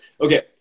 Okay